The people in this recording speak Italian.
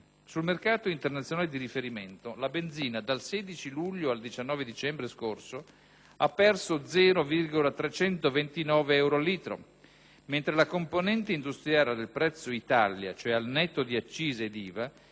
Sul mercato internazionale di riferimento, la benzina dal 16 luglio al 19 dicembre scorso ha perso 0,329 euro a litro, mentre la componente industriale del prezzo Italia (al netto di accise ed IVA)